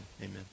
Amen